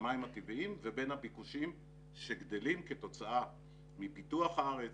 המים הטבעיים ובין הביקושים שגדלים כתוצאה מפיתוח הארץ,